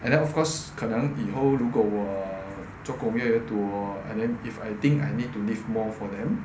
and then of course 可能以后如果我做工越多 then if I think I need to live more for them